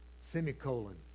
Semicolon